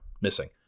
missing